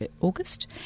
August